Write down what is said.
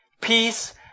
Peace